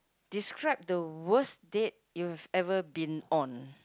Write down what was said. describe the worst date you have ever been on